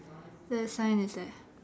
the sign is there